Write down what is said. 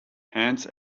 hans